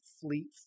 fleet